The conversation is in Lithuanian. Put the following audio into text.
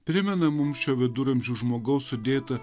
primena mums šio viduramžių žmogaus sudėtą